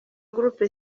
groupe